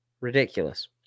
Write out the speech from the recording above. Ridiculous